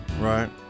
right